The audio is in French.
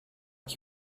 qui